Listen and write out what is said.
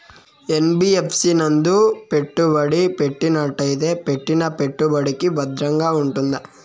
NBFC నందు పెట్టుబడి పెట్టినట్టయితే పెట్టిన పెట్టుబడికి భద్రంగా ఉంటుందా?